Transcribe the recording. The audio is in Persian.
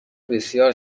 بسیار